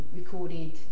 recorded